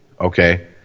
okay